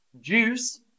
juice